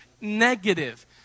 negative